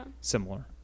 similar